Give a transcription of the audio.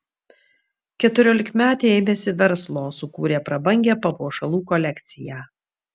keturiolikmetė ėmėsi verslo sukūrė prabangią papuošalų kolekciją